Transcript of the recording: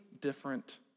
different